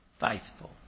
faithful